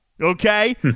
okay